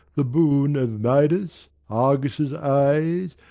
the boon of midas, argus' eyes,